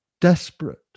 desperate